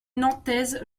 nantaise